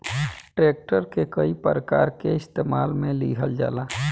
tractor के कई प्रकार के इस्तेमाल मे लिहल जाला